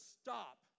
stop